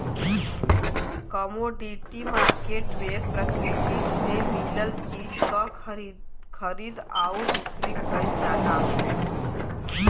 commodity market में प्रकृति से मिलल चीज क खरीद आउर बिक्री कइल जाला